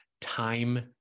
time